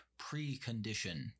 precondition